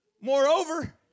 Moreover